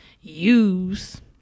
use